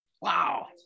wow